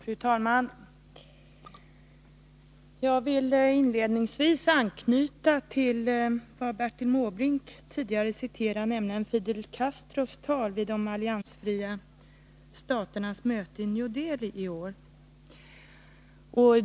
Fru talman! Jag vill inledningsvis anknyta till vad Bertil Måbrink tidigare citerade, nämligen Fidel Castros tal vid de alliansfria staternas möte i New Delhi i år.